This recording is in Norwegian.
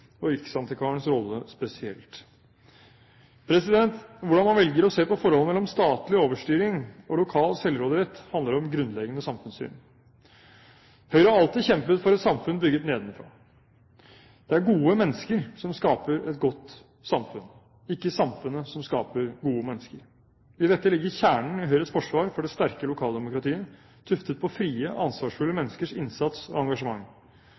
og riksantikvarens rolle spesielt. Hvordan man velger å se på forholdet mellom statlig overstyring og lokal selvråderett, handler om grunnleggende samfunnssyn. Høyre har alltid kjempet for et samfunn bygget nedenfra. Det er gode mennesker som skaper et godt samfunn, ikke samfunnet som skaper gode mennesker. I dette ligger kjernen i Høyres forsvar for det sterke lokaldemokratiet, tuftet på frie, ansvarsfulle menneskers innsats og engasjement.